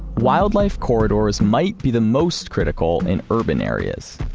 wildlife corridors might be the most critical in urban areas.